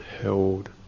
held